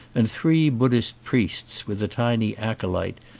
and three buddhist priests, with a tiny acolyte,